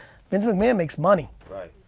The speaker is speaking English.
vince mcmahon makes money. right.